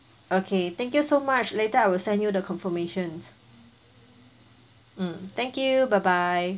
okay thank you so much later I will send you the confirmation mm thank you bye bye